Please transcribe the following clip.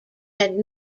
had